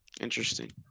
Interesting